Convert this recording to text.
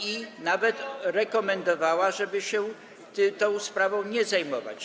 i nawet rekomendowała, żeby się tą sprawą nie zajmować.